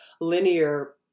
linear